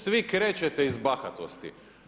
Svi krećete iz bahatosti.